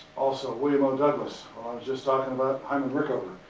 also william o. douglas. i was just talking about hyman rickover,